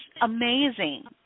amazing